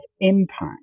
impact